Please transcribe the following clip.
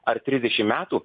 ar trisdešim metų